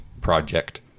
project